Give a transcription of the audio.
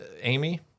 Amy